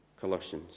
Colossians